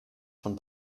von